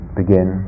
begin